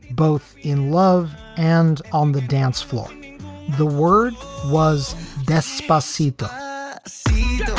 both in love and on the dance floor the word was this sparse seed the seed